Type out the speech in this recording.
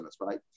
right